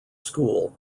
school